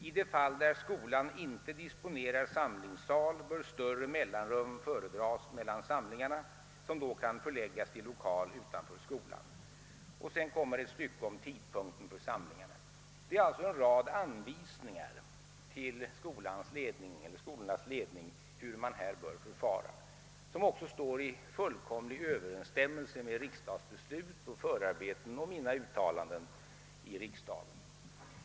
I de fall där skolan inte disponerar samlingssal bör större mellanrum föredras mellan samlingarna, som då kan förläggas till lokal utanför skolan.» Sedan kommer ett stycke om tidpunkten för samlingarna. Detta är alltså en rad anvisningar till skolornas ledning om hur man här bör förfara, och dessa anvisningar står också i fullkomlig överensstämmelse med riksdagsbeslutet, förarbetena till detta samt mina uttalanden i riksdagen.